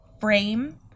frame